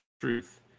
truth